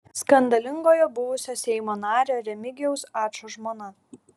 skandalingojo buvusio seimo nario remigijaus ačo žmona